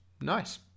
Nice